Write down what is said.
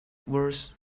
worth